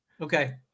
Okay